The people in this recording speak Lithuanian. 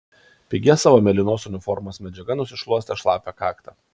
pigia savo mėlynos uniformos medžiaga nusišluostė šlapią kaktą